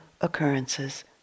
occurrences